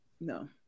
No